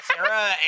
Sarah